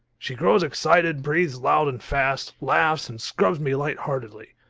she grows excited, breathes loud and fast, laughs, and scrubs me light-heartedly.